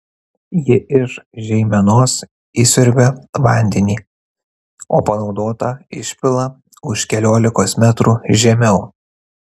ji iš žeimenos įsiurbia vandenį o panaudotą išpila už keliolikos metrų žemiau